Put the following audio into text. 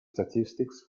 statistics